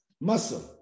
muscle